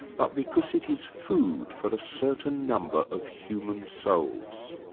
but because it is food for a certain number of human souls'.